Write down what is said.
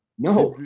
no!